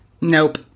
nope